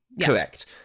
Correct